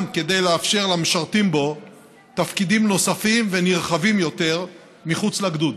גם כדי לאפשר למשרתים בו תפקידים נוספים ונרחבים יותר מחוץ לגדוד.